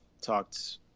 talked –